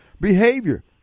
behavior